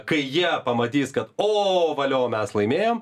kai jie pamatys kad o valio mes laimėjom